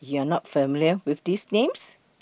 YOU Are not familiar with These Names